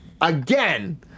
again